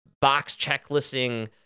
box-checklisting